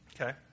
Okay